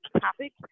topic